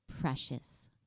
precious